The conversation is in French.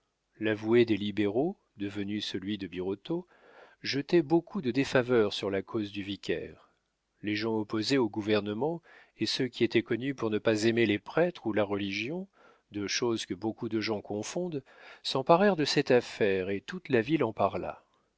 l'avoué des libéraux devenu celui de birotteau jetait beaucoup de défaveur sur la cause du vicaire les gens opposés au gouvernement et ceux qui étaient connus pour ne pas aimer les prêtres ou la religion deux choses que beaucoup de gens confondent s'emparèrent de cette affaire et toute la ville en parla